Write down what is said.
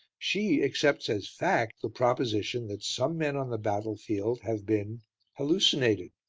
she accepts as fact the proposition that some men on the battlefield have been hallucinated,